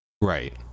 right